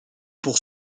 pour